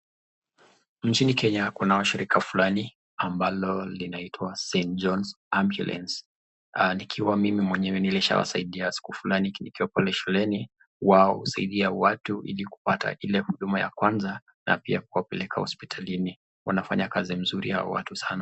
Nchini Kenya kinao shirika fulani ambalo linaitwa [St Johns ambulance] nikiwa mimi mwenyewe nilisha wasaidia siku fulani nikiwa pale shuleni. Wao husaidia watu ili kupata ile huduma ya kwanza na pia kuwapeleka hospitalini. Wanafanya kazi mzuri hao watu sana.